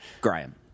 Graham